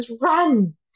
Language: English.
run